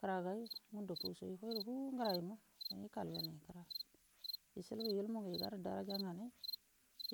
Kərayu ngundu fusho ifoyal fuungəra ima ikal wailanai kəra ishilbu ilmu ngə igarə daraja nganai